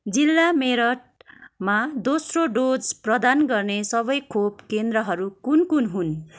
जिल्ला मेरठमा दोस्रो डोज प्रदान गर्ने सबै खोप केन्द्रहरू कुन कुन हुन्